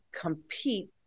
compete